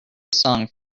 song